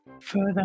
further